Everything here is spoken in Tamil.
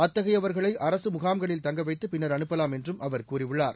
அத்தகையவர்களை அரசு முகாம்களில் தங்கவைத்து பின்னர் அனுப்பலாம் என்றும் அவர் கூறியுள்ளார்